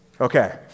Okay